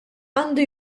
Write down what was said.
għandu